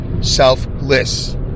Selfless